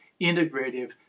integrative